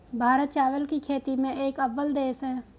भारत चावल की खेती में एक अव्वल देश है